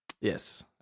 Yes